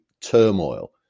turmoil